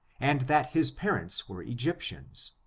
and that his parents were egyptians.